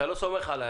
אתה לא סומך עליי?